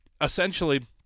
essentially